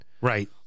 Right